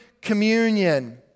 communion